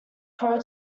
pro